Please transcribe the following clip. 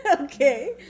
Okay